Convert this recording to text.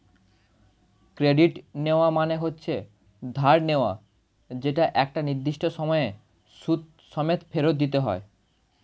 credit নেওয়া মানে হচ্ছে ধার নেওয়া যেটা একটা নির্দিষ্ট সময়ে সুদ সমেত ফেরত দিতে হয়